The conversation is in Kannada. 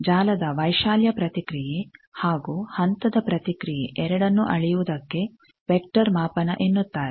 ಜಾಲದ ವೈಶಾಲ್ಯ ಪ್ರತಿಕ್ರಿಯೆ ಹಾಗೂ ಹಂತದ ಪ್ರತಿಕ್ರಿಯೆ ಎರಡನ್ನೂ ಅಳೆಯುವುದಕ್ಕೆ ವೆಕ್ಟರ್ ಮಾಪನ ಎನ್ನುತ್ತಾರೆ